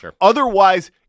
Otherwise